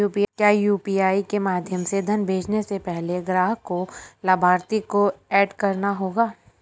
क्या यू.पी.आई के माध्यम से धन भेजने से पहले ग्राहक को लाभार्थी को एड करना होगा?